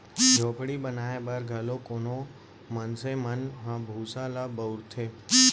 झोपड़ी बनाए बर घलौ कोनो मनसे मन ह भूसा ल बउरथे